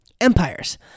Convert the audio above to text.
empires